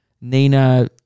Nina